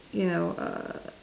you know err